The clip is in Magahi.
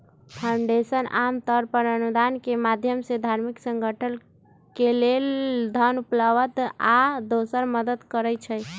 फाउंडेशन आमतौर पर अनुदान के माधयम से धार्मिक संगठन के लेल धन उपलब्ध आ दोसर मदद करई छई